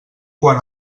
quan